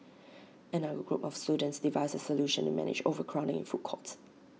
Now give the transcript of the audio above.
another group of students devised A solution to manage overcrowding in food courts